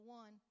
one